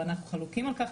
ואנחנו חלוקים על כך,